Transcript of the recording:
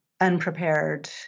unprepared